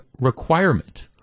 requirement